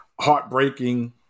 heartbreaking